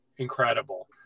incredible